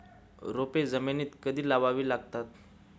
रोपे जमिनीत कधी लावावी लागतात?